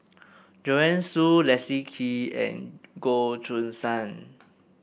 Joanne Soo Leslie Kee and Goh Choo San